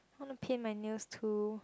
want to paint my nails too